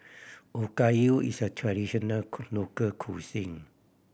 okayu is a traditional local cuisine